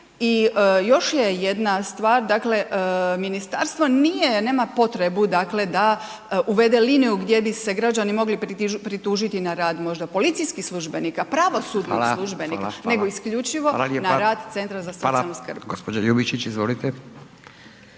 i još je jedna stvar. Dakle ministarstvo nije, nema potrebu dakle da uvede liniju gdje bi se građani mogli pritužiti na rad možda policijskih službenika, pravosudnih službenika …/Upadica: Hvala./… nego